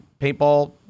paintball